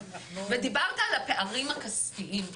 ודיברת על הפערים הכספיים.